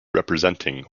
representing